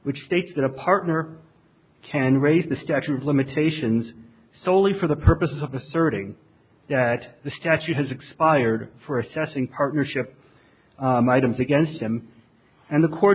which states that a partner can raise the statute of limitations solely for the purpose of the thirty that the statute has expired for assessing partnership items against them and the court